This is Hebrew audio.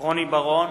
רוני בר-און